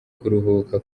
kuruhuka